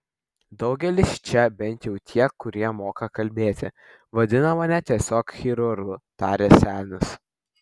daugelis čia bent jau tie kurie moka kalbėti vadina mane tiesiog chirurgu tarė senis